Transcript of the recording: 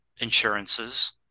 insurances